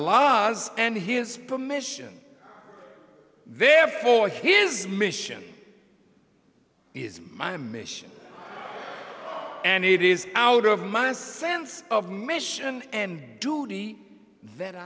was and his permission therefore his mission is my mission and it is out of my sense of mission and duty th